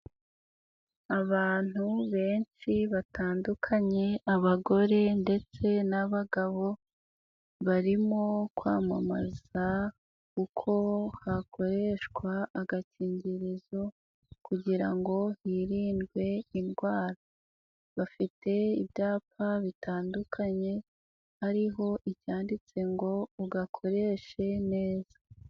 Abantu benshi batandukanye, abagore ndetse n'abagabo, barimo kwamamaza uko hakoreshwa agakingirizo kugirango ngo hirindwe indwara. Bafite ibyapa bitandukanye, hariho icyanditse ngo ugakoreshe neza.